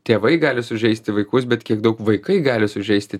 tėvai gali sužeisti vaikus bet kiek daug vaikai gali sužeisti